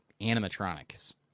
animatronics